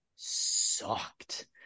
Sucked